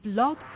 Blog